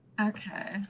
Okay